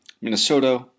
minnesota